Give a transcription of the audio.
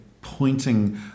pointing